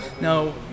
No